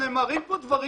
נאמרים פה דברים לא נכונים.